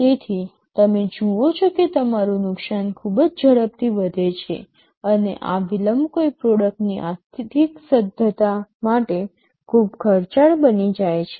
તેથી તમે જુઓ છો કે તમારું નુકસાન ખૂબ જ ઝડપથી વધે છે અને આ વિલંબ કોઈ પ્રોડક્ટની આર્થિક સદ્ધરતા માટે ખૂબ ખર્ચાળ બની જાય છે